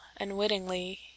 unwittingly